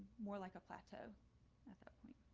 more like a plateau at that point.